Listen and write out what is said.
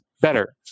better